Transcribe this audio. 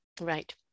Right